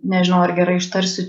nežinau ar gerai ištarsiu